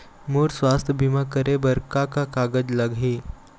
मोर स्वस्थ बीमा करे बर का का कागज लगही?